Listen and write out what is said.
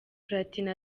platini